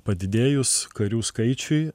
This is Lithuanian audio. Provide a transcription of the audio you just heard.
padidėjus karių skaičiui